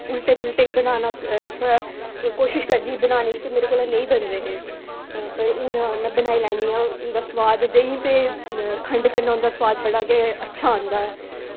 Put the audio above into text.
उल्टे पुल्टे बनाना में थोह्ड़ा ते ओह् कोशिश करदी ही बनाने दी ते मेरे कोला नेईं बनदे हे हून बनाई लैन्नी आं ते उंदा सोआद देहीं ते खंड कन्नै होंदा सोआद ते बड़ा अच्छा औंदा ऐ